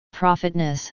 profitness